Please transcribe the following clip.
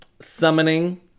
Summoning